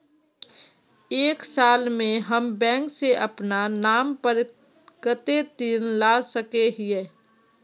एक साल में हम बैंक से अपना नाम पर कते ऋण ला सके हिय?